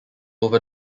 over